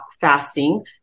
fasting